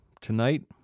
tonight